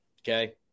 okay